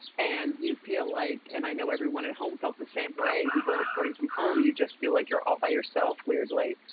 and you feel like, and i know everyone at home felt the same way who were reporting from home, you just feel like you're all by yourself, weirdly.